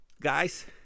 Guys